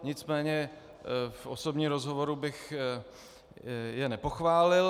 Nicméně v osobním rozhovoru bych je nepochválil.